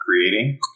creating